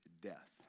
death